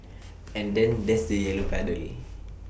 and then there's the yellow puddle